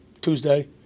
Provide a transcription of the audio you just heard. Tuesday